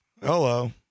hello